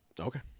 okay